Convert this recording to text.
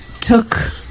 took